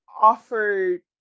offered